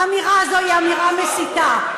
האמירה הזו היא אמירה מסיתה,